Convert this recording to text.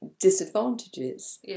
disadvantages